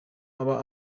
aba